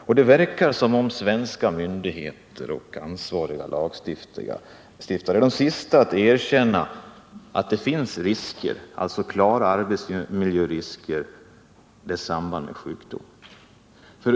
Och det verkar som om svenska myndigheter och ansvariga lagstiftare är de sista att erkänna att det finns klara arbetsmiljörisker som har samband med sjukdom.